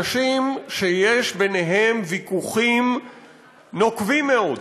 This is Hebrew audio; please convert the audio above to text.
אנשים שיש ביניהם ויכוחים נוקבים מאוד,